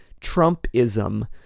Trumpism